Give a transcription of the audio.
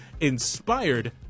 inspired